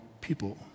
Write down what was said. people